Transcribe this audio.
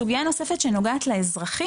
סוגייה נוספת שנוגעת לאזרחים,